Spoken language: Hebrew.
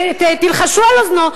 תלחשו על אוזנו,